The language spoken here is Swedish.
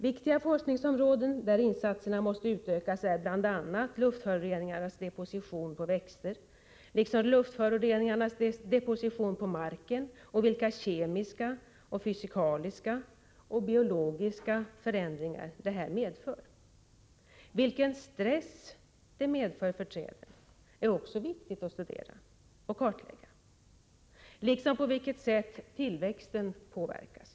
Viktiga forskningsområden där insatserna måste utökas är bl.a. luftföroreningarnas deposition på växter, liksom luftföroreningarnas deposition på marken samt de kemiska, fysikaliska och biologiska förändringar det här leder till. Vilken stress luftföroreningarna medför för träden är också viktigt att studera och kartlägga, liksom på vilka sätt tillväxten påverkas.